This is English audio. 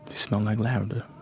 smelled like lavender